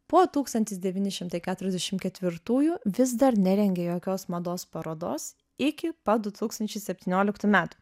po tūkstantis devyni šimtai keturiasdešim ketvirtųjų vis dar nerengė jokios mados parodos iki pat du tūkstančiai septynioliktų metų